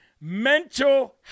mental